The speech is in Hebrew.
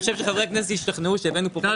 אני חושב שחברי הכנסת השתכנעו שהבאנו פה --- לא,